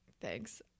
thanks